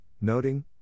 noting